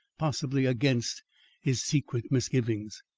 possibly against his secret misgivings.